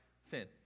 sin